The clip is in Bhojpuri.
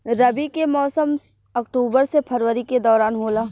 रबी के मौसम अक्टूबर से फरवरी के दौरान होला